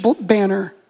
banner